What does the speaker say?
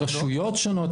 ברשויות שונות,